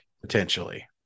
Potentially